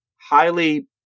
highly